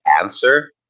answer